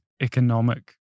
economic